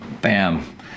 Bam